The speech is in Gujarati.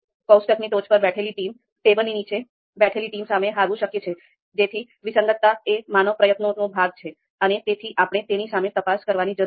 કોષ્ટકની ટોચ પર બેઠેલી ટીમને ટેબલની નીચે બેઠેલી ટીમ સામે હારવું શક્ય છે જેથી વિસંગતતા એ માનવ પ્રયત્નોનો ભાગ છે અને તેથી આપણે તેની સામે તપાસ કરવાની જરૂર છે